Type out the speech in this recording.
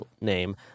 name